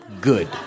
Good